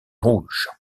rouges